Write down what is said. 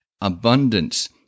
abundance